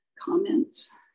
comments